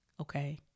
Okay